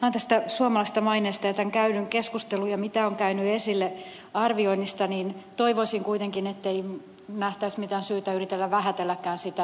vain tästä suomalaisesta maineesta ja mitä tässä käydyssä keskustelussa on käynyt esille arvioinnista niin toivoisin kuitenkin ettei nähtäisi mitään syytä yrittää vähätelläkään niiden ongelmien määrää